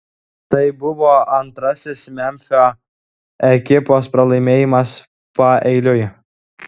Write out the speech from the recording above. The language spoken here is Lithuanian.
tai buvo antrasis memfio ekipos pralaimėjimas paeiliui